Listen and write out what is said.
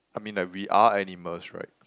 I mean like we are animals right